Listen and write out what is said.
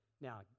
Now